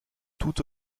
toute